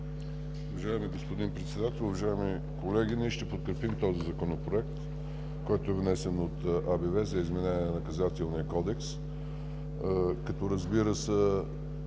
Уважаеми господин Председател, уважаеми колеги! Ние ще подкрепим този Законопроект, който е внесен от АБВ за изменение на Наказателния кодекс като, разбира се,